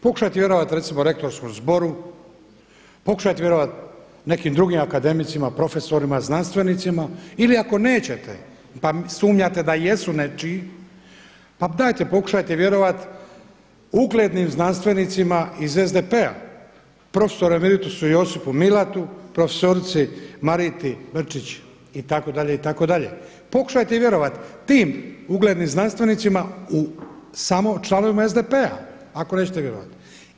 Pokušati vjerovati recimo rektorskom zboru, pokušati vjerovati nekim drugim akademicima, profesorima, znanstvenicima ili ako nećete pa sumnjate da jesu nečiji, pa dajte pokušajte vjerovati uglednim znanstvenicima iz SDP-a profesoru emeritusu Josipu Milatu, profesorici Mariti Brčić itd., itd. pokušajte vjerovati tim uglednim znanstvenicima samo članovima SDP-a ako nećete vjerovati.